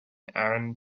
aaron